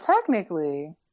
technically